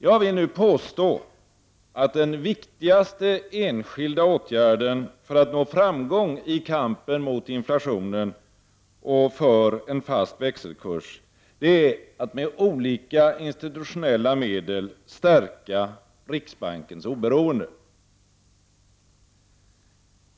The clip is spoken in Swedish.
Jag vill nu påstå att den viktigaste enskilda åtgärden för att nå framgång i kampen mot inflationen och för en fast växelkurs är att med olika institutionella medel stärka riksbankens oberoende.